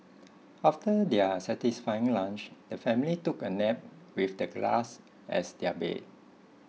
after their satisfying lunch the family took a nap with the grass as their bed